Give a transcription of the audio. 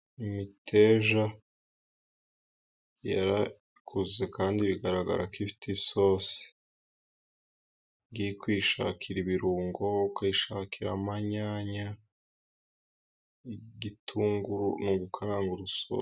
Imiteja yarakuze, kandi bigaragara ko ifite isosi. Ugiye kuyishakira ibirungo, ukayishakira, amanyanya, igitunguru, ni ugukaranga urusosi.